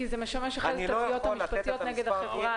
כי זה משמש בתובענות המשפטיות נגד החברה.